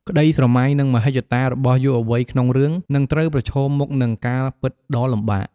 ក្តីស្រមៃ និងមហិច្ឆតារបស់យុវវ័យក្នុងរឿង នឹងត្រូវប្រឈមមុខនឹង ការពិតដ៏លំបាក ។